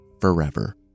forever